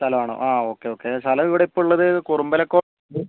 സ്ഥലമാണോ ആ okay okay സ്ഥലം ഇവിടിപ്പുള്ളത് കുറുമ്പലക്കോട്ട